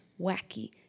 wacky